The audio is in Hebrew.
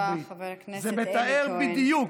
תודה רבה, חבר הכנסת אלי כהן.